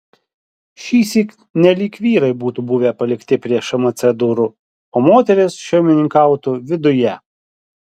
šįsyk nelyg vyrai būtų buvę palikti prie šmc durų o moterys šeimininkautų viduje